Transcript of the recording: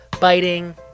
biting